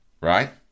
Right